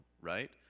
right